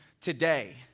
today